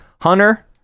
hunter